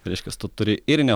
reiškias tu turi ir ne